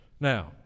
now